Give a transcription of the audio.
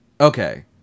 Okay